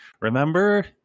Remember